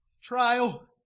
trial